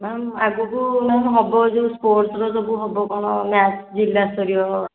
ma'am ଆଗକୁ ma'am ହେବ ଯେଉଁ ସ୍ପୋର୍ଟସର ସବୁ ହେବ କଣ ମ୍ୟାଚ୍ ଜିଲ୍ଲାସ୍ତରୀୟ